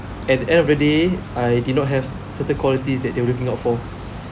at the end of the day I did not have certain qualities that they were looking out for